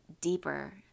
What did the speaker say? deeper